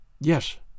Yes